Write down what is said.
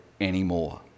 anymore